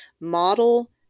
model